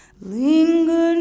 Linger